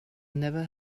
never